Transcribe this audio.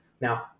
Now